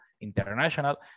international